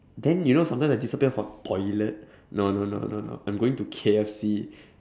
then you know sometimes I disappear for toilet no no no no no I'm going to K_F_C